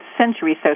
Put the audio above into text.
century